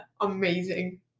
Amazing